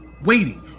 waiting